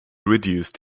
reduced